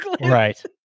Right